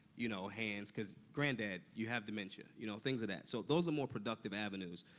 you know, hands cause, granddad, you have dementia. you know, things of that. so those are more productive avenues.